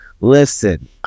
listen